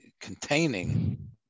containing